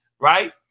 right